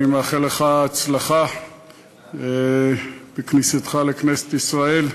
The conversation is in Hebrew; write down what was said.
אני מאחל לך הצלחה בכניסתך לכנסת ישראל.